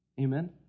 Amen